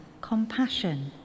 compassion